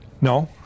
No